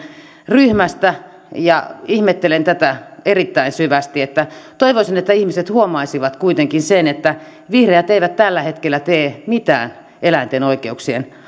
ryhmästä ja ihmettelen tätä erittäin syvästi toivoisin että ihmiset huomaisivat kuitenkin sen että vihreät eivät tällä hetkellä tee mitään eläinten oikeuksien